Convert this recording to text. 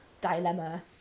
dilemma